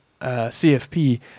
CFP